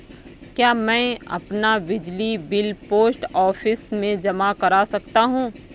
क्या मैं अपना बिजली बिल पोस्ट ऑफिस में जमा कर सकता हूँ?